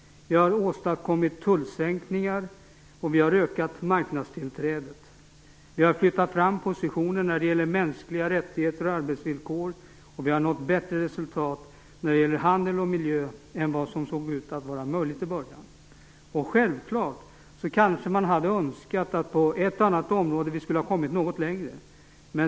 Vi har åstadkommit tullsänkningar, och vi har ökat marknadstillträdet. Vi har flyttat fram positioner när det gäller mänskliga rättigheter och arbetsvillkor, och vi har nått bättre resultat när det gäller handel och miljö än vad som såg ut att vara möjligt i början. Självklart hade man kanske önskat att vi skulle ha kommit något längre på ett eller annat område.